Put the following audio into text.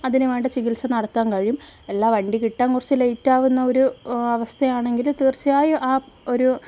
അതിനുവേണ്ട ചികിത്സ നടത്താൻ കഴിയും അല്ല വണ്ടി കിട്ടാൻ കുറച്ചു ലേറ്റ് ആകുന്ന ഒരു അവസ്ഥയാണെങ്കിൽ തീർച്ചയായും ആ ഒരു